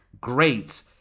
great